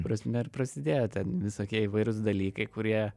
prasme ir prasidėjo ten visokie įvairūs dalykai kurie